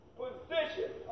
position